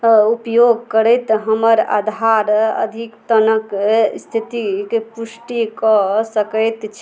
उपयोग करैत हमर आधार अद्यतनके इस्थितिके पुष्टि कऽ सकै छी